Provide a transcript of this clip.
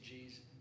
Jesus